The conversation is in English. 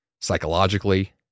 psychologically